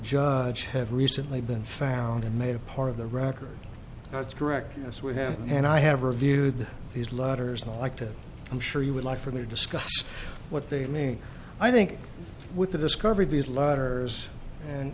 judge have recently been found and they are part of the record that's correct yes we have and i have reviewed these letters and i liked it i'm sure you would like for me to discuss what they mean i think with the discovery of these letters and